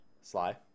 sly